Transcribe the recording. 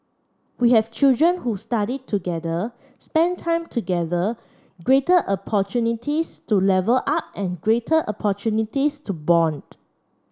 we have children who study together spent time together greater opportunities to level up and greater opportunities to bond